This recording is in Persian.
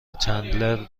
چندلر